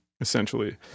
essentially